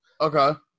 Okay